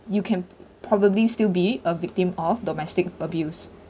you can probably still be a victim of domestic abuse